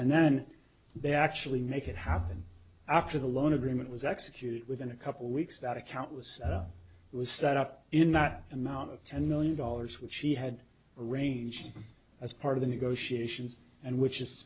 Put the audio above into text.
and then they actually make it happen after the loan agreement was executed within a couple weeks that account was was set up in not amount of ten million dollars which he had arranged as part of the negotiations and which is